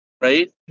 right